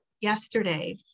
yesterday